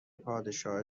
پادشاه